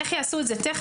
איך יעשו את זה טכנית?